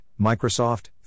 Microsoft